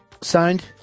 signed